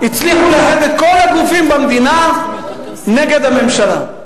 הצליחו לאחד את כל הגופים במדינה נגד הממשלה,